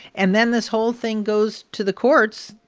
and then this whole thing goes to the courts,